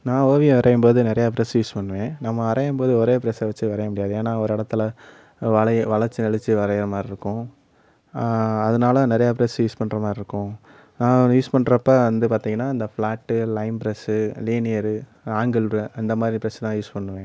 நான் ஓவியம் வரையும் போது நிறைய ப்ரஸ் யூஸ் பண்ணுவேன் நான் வரையும் போது ஒரே ப்ரஸ்ஸை வச்சு வரைய முடியாது ஏன்னால் ஒரு இடத்துல வளை வளைச்சி நெளிச்சி வரைகிற மாதிரி இருக்கும் அதனால் நிறையா ப்ரஸ் யூஸ் பண்ணுற மாதிரி இருக்கும் நான் யூஸ் பண்ணுறப்ப வந்து பார்த்தீங்கனா அந்த flat line brush linear angled அந்தமாதிரி ப்ரஸ்ஸூ தான் யூஸ் பண்ணுவேன்